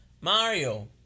Mario